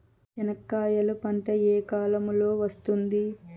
చెనక్కాయలు పంట ఏ కాలము లో వస్తుంది